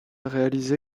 réaliser